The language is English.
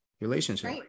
relationship